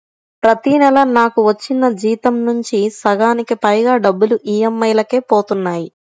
ప్రతి నెలా నాకు వచ్చిన జీతం నుంచి సగానికి పైగా డబ్బులు ఈఎంఐలకే పోతన్నాయి